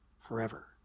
forever